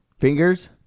Fingers